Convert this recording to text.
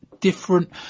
different